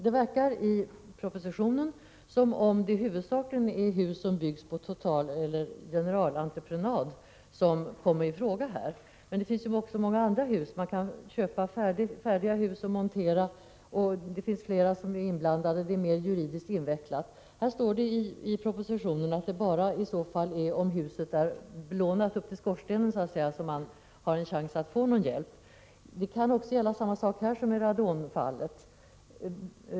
Det verkar i propositionen som om det huvudsakligen är hus som byggs på generalentreprenad som kommer i fråga. Men det finns ju många andra typer av hus. Man kan köpa hus som är färdiga för montering. Flera kan vara inblandade, så att det är mera invecklat juridiskt sett. I propositionen står det att det finns chans till hjälp bara om huset är belånat så att säga upp till skorstenen. Här kan gälla detsamma som beträffande radon.